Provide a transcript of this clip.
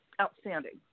outstanding